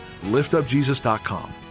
liftupjesus.com